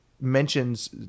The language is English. mentions